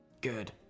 Good